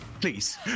Please